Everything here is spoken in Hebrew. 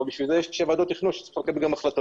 אבל לשם כך יש שתי ועדות תכנון שצריכות לקבל החלטות.